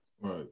right